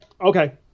Okay